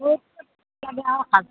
অঁ